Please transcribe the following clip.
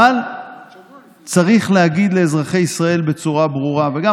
אבל צריך להגיד לאזרחי ישראל בצורה ברורה וגם